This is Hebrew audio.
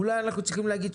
אולי אנחנו צריכים להגיד,